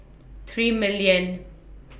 three million